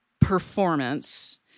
performance